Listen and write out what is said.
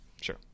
sure